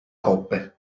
coppe